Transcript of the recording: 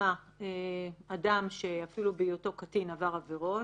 לדוגמה אדם שאפילו בהיותו קטין עבר עבירות,